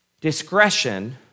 discretion